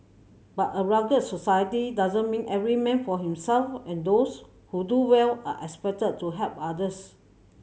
but a rugged society doesn't mean every man for himself and those who do well are expected to help others